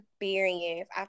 experience